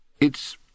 It's